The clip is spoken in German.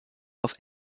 auf